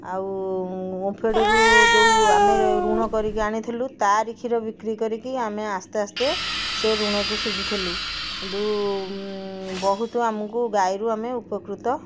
ଆଉ ଓମଫେଡ଼ରୁ ଯେଉଁ ଆମେ ଯେଉଁ ଋଣ କରିକି ଆଣିଥିଲୁ ତାରି କ୍ଷୀର ବିକ୍ରି କରିକି ଆମେ ଆସ୍ତେ ଆସ୍ତେ ସେ ଋଣକୁ ସୁଝୁଥିଲୁ କିନ୍ତୁ ବହୁତ ଆମକୁ ଗାଈରୁ ଆମେ ଉପକୃତ